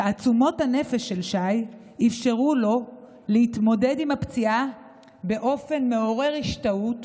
תעצומות הנפש של שי אפשרו לו להתמודד עם הפציעה באופן מעורר השתאות